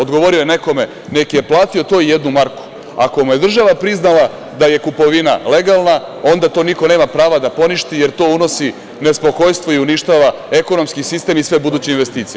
Odgovorio je nekom - nek je platio to jednu marku, ako mu je država priznala da je kupovina legalna, onda to niko nema prava da poništi, jer to unosi nespokojstvo i uništava ekonomski sistem i sve buduće investicije.